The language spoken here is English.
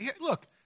look